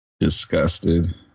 Disgusted